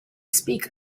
speak